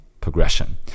progression